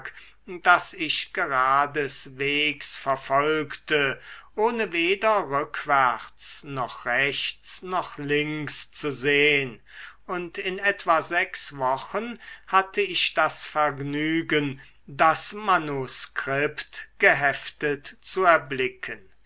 das ich geradeswegs verfolgte ohne weder rückwärts noch rechts noch links zu sehn und in etwa sechs wochen hatte ich das vergnügen das manuskript geheftet zu erblicken